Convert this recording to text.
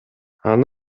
аны